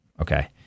Okay